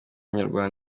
dushobora